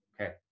okay